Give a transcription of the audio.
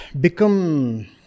become